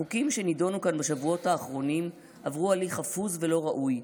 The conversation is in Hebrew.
החוקים שנדונו כאן בשבועות האחרונים עברו הליך חפוז ולא ראוי,